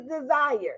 desire